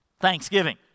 Thanksgiving